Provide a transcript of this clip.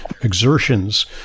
exertions